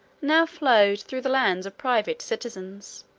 now flowed through the lands of private citizens.